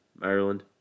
Maryland